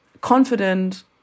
confident